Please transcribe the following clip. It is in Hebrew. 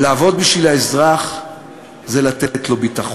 ולעבוד בשביל האזרח זה לתת לו ביטחון.